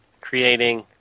creating –